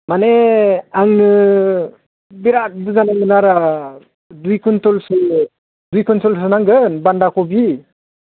माने आंनो बिराथ बुरजा नांगोन आरो दुइ कुइन्टलसो दुइ कुन्टोलसो होनांगोन बान्दा कफि